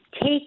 take